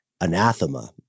anathema